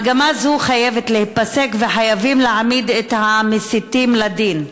מגמה זו חייבת להיפסק וחייבים להעמיד את המסיתים לדין.